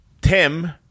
Tim